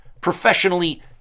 Professionally